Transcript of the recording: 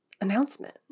announcement